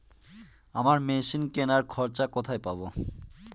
আমরা মেশিন কেনার খরচা কোথায় পাবো?